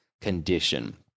condition